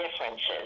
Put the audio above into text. differences